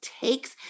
takes